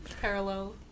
Parallel